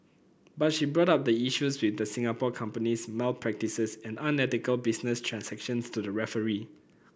but she brought up the issues with the Singapore company's malpractices and unethical business transactions to the referee